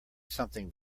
something